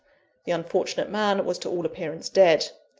the unfortunate man was to all appearance dead.